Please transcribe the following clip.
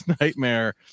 nightmare